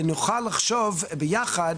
ונוכל לחשוב ביחד,